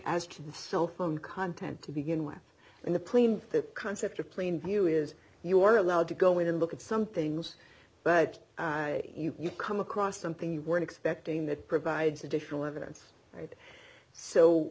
as to the cell phone content to begin with and the plane the concept of plain view is you are allowed to go in and look at some things but you come across something you weren't expecting that provides additional evidence right so